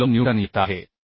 98 kilo newton येत आहे